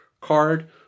card